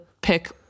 pick